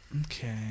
Okay